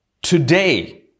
Today